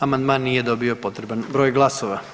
Amandman nije dobio potreban broj glasova.